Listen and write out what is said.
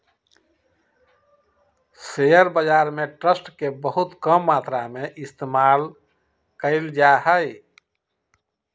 share बाजार में trust के बहुत कम मात्रा में इस्तेमाल कइल जा हई